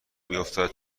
بیفتد